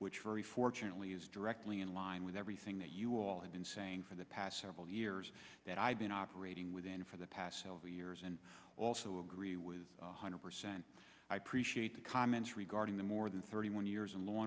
which very fortunately is directly in line with everything that you all have been saying for the past several years that i've been operating within for the past twelve years and also agree with one hundred percent i appreciate the comments regarding the more than thirty one years of law